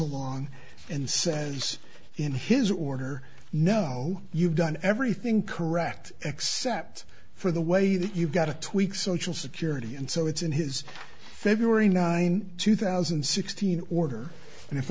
along and says in his order no you've done everything correct except for the way that you've got to tweak social security and so it's in his february nine two thousand and sixteen order and if